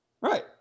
Right